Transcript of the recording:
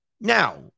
now